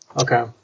Okay